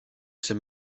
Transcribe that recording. ces